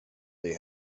they